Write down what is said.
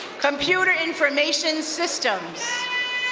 computer information systems.